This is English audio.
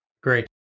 Great